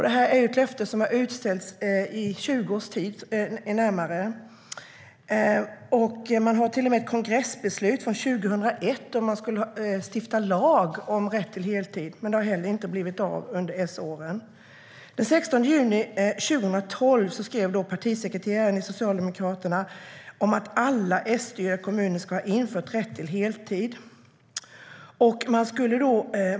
Det är ett löfte som har ställts ut i närmare 20 års tid. Det finns till och med ett kongressbeslut från 2001 om att stifta lag om rätt till heltid, men det blev inte heller av under S-åren. Den 16 juni 2012 skrev partisekreteraren i Socialdemokraterna att alla S-styrda kommuner ska ha infört rätt till heltid.